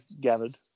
gathered